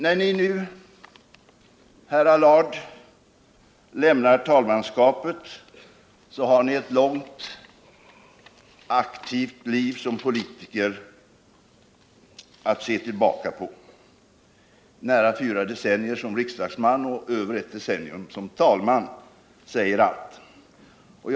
När ni nu, herr Allard, lämnar talmanskapet har ni ett långt aktivt liv som politiker att se tillbaka på. Nära fyra decennier som riksdagsman och över ett decennium som talman säger allt.